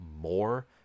more